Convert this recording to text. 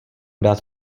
dát